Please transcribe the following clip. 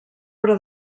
però